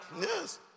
Yes